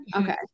okay